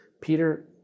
Peter